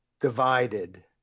divided